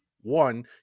One